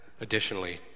Additionally